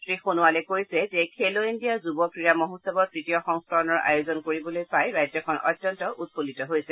শ্ৰীসোনোৱালে কৈছে যেলো ইণ্ডিয়া যুৱ ক্ৰীড়া মহোৎসৱৰ তৃতীয় সংস্কৰণৰ আয়োজন কৰিবলৈ পাই ৰাজ্যখন অত্যন্ত উৎফুল্লিত হৈছে